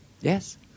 Yes